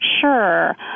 Sure